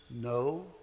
no